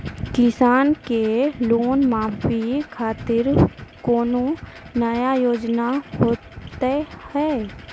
किसान के लोन माफी खातिर कोनो नया योजना होत हाव?